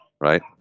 right